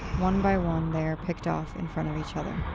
one by one, they are picked off in front of each other.